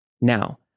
Now